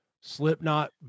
Slipknot